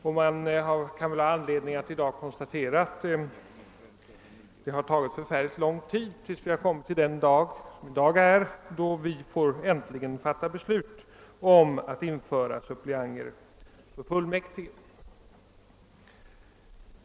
Det kan väl i dag finnas anledning att konstatera, att det har tagit synnerligen lång tid innan vi har kommit dithän att vi äntligen får fatta beslut om att införa suppleanter för fullmäktige.